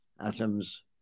atoms